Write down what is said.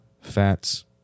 fats